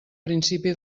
principi